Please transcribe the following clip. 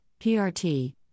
PRT